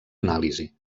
anàlisi